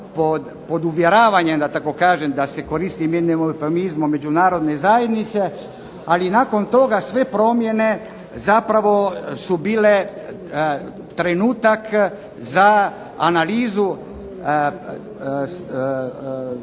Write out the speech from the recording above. pod uvjeravanjem da se koristim jednim ... međunarodne zajednice, ali nakon toga sve promjene zapravo su bile trenutak za analizu